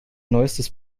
neuestes